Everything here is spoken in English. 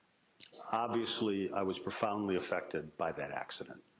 obviously, i was profoundly affected by that accident.